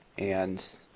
and